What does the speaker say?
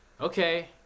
okay